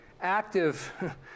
active